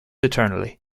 eternally